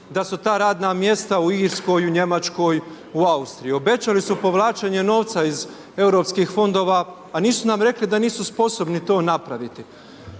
da su ta radna mjesta u Irskoj, u Njemačkoj, u Austriji. Obećali su povlačenje novca iz Europskih fondova, a nisu nam rekli da nisu sposobni to napraviti